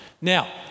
Now